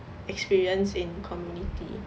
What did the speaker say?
experience in community